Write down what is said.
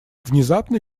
внезапно